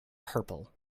purple